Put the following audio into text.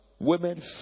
women